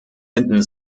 hinten